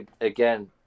again